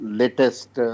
latest